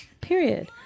Period